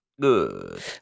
good